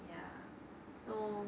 ya so